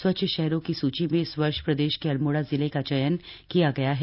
स्वच्छ शहरों की सूची में इस वर्ष प्रदेश के अल्मोड़ा जिले का चयन किया गया है